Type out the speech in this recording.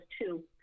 two